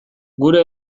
gure